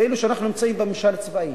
כאילו שאנחנו נמצאים בממשל צבאי